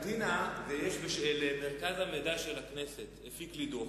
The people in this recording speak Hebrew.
מרכז המידע של הכנסת הפיק לי דוח,